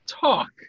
talk